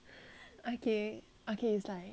okay okay it's like